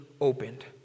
opened